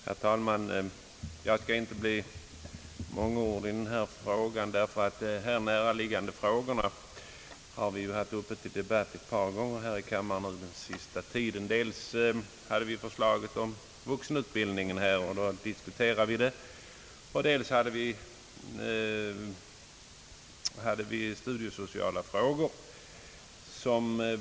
Herr talman! Jag skall inte bli mångordig i denna fråga, därför att vi har haft näraliggande frågor uppe till debatt ett par gånger här i kammaren på sista tiden, när vi behandlade förslaget om vuxenutbildningen och när vi behandlade studiesociala frågor.